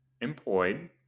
employed